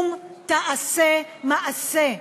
קום תעשה מעשה.